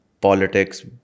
politics